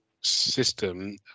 system